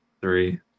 three